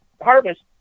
harvest